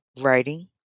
writing